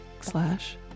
slash